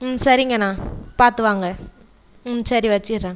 சரிங்கண்ணா பாத்து வாங்க சரி வச்சிடறேன்